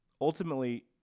ultimately